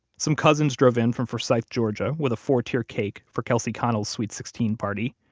some cousins drove in from forsyth, georgia, with a four-tier cake for kelsey connel's sweet sixteen party.